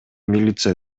милиция